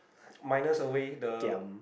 minus away the